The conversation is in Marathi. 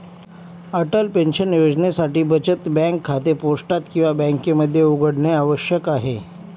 अटल पेन्शन योजनेसाठी बचत बँक खाते पोस्टात किंवा बँकेमध्ये उघडणे आवश्यक आहे